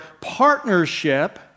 partnership